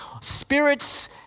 Spirits